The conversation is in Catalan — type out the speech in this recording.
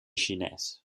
xinès